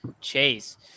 chase